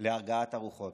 להרגעת הרוחות.